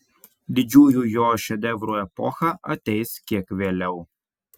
didžiųjų jo šedevrų epocha ateis kiek vėliau